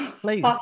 Please